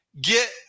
get